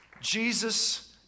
Jesus